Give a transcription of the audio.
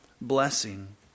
blessing